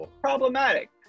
problematic